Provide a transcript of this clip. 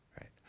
right